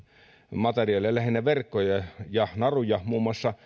materiaalia lähinnä verkkoja ja naruja muun muassa